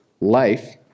life